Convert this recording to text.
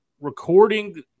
recording